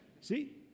See